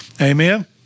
Amen